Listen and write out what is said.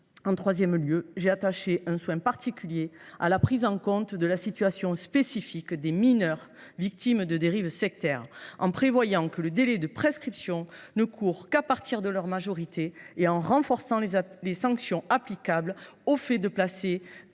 En outre, j’ai apporté un soin particulier à la prise en compte de la situation spécifique des mineurs victimes de dérives sectaires, en prévoyant que le délai de prescription ne courra qu’à partir de leur majorité, et en renforçant les sanctions applicables au placement